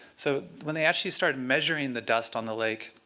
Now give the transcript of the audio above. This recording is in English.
so when they actually started measuring the dust on the lake,